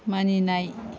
मानिनाय